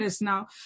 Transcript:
now